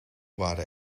waren